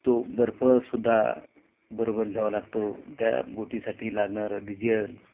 तो बर्फ सुद्धा बरोबर घ्यावा लागतो त्या बोटीसाठी लागणारं डिजेल